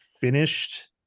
finished